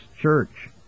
church